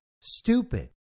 stupid